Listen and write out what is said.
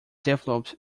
developed